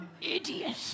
Idiot